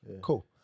Cool